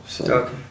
Okay